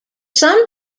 some